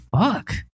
fuck